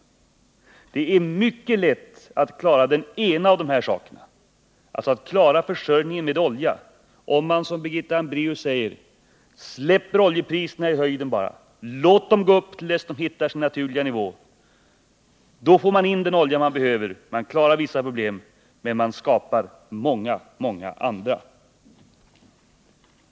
Det är mycket lätt att klara den ena av de här sakerna, dvs. att klara försörjningen med olja, om man låter oljepriserna stiga och gör som Birgitta Hambraeus föreslår: Släpp oljepriserna i höjden, låt dem gå upp tills de hittar sin naturliga nivå. Då får man in den olja man behöver. Man klarar vissa problem, men man skapar många, många andra.